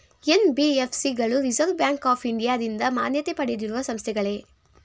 NBFC ಗಳು Reserve Bank of ಇಂಡಿಯಾದಿಂದ ಮಾನ್ಯತೆ ಪಡೆದಿರುವ ಸಂಸ್ಥೆಗಳೇ?